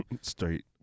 Straight